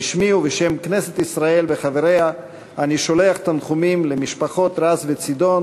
בשמי ובשם כנסת ישראל וחבריה אני שולח תנחומים למשפחות רז וצידון